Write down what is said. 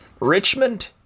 Richmond